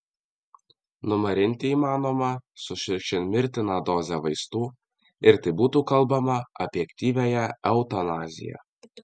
numarinti įmanoma sušvirkščiant mirtiną dozę vaistų ir tai būtų kalbama apie aktyviąją eutanaziją